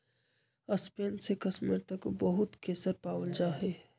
Spain से कश्मीर तक बहुत केसर पावल जा हई